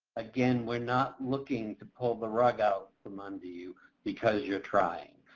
again, we're not looking to pull the rug out from under you because you're trying.